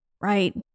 right